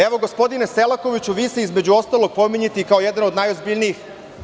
Evo, gospodine Selakoviću, vi se, između ostalog, pominjete i kao jedan od najozbiljnijih.